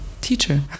teacher